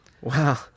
wow